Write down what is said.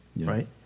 right